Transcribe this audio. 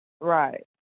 Right